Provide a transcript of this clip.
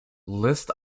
lists